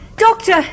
Doctor